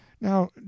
now